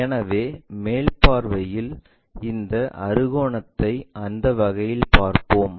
எனவே மேல் பார்வையில் இந்த அறுகோணத்தை அந்த வகையில் பார்ப்போம்